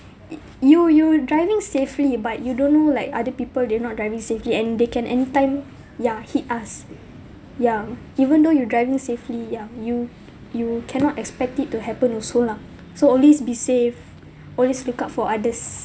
it you you driving safely but you don't know like other people they not driving safely and they can anytime ya hit us yeah even though you're driving safely yeah you you cannot expect it to happen also lah so always be safe always look out for others